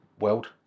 world